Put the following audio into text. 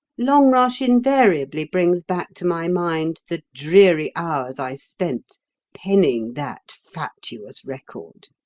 longrush invariably brings back to my mind the dreary hours i spent penning that fatuous record.